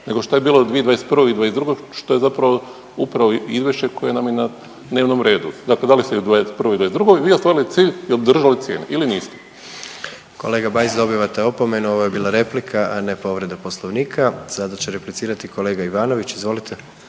nego šta je bilo 2021. i '22. što je zapravo izvješće koje nam je dnevnom redu. Da li ste u '21. i '22. vi ostvarili cilj i održali cijenu ili niste? **Jandroković, Gordan (HDZ)** Kolega Bajs dobivate opomenu ovo je bila replika, a ne povreda poslovnika. Sada će replicirati kolega Ivanović, izvolite.